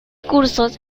cursos